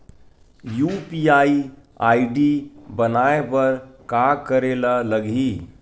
UPI ID बनाये बर का करे ल लगही?